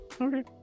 Okay